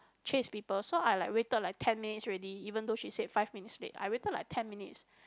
chase people so I like waited like ten minutes already even though she say five minutes late I waited like ten minutes